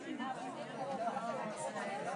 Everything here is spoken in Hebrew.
להגיד,